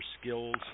skills